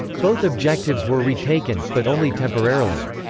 both objectives were retaken, but only temporarily.